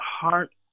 heart